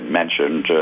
mentioned